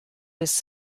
was